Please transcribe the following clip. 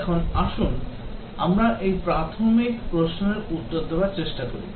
এখন আসুন আমরা এই প্রাথমিক প্রশ্নের উত্তর দেওয়ার চেষ্টা করি